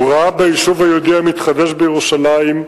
הוא ראה ביישוב היהודי המתחדש בירושלים,